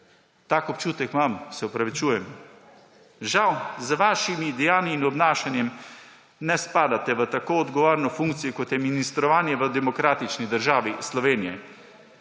Tak občutek imam, se opravičujem. Žal s svojimi dejanji in obnašanjem ne spadate na tako odgovorno funkcijo, kot je ministrovanje v demokratični državi Sloveniji.